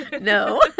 no